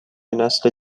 نسل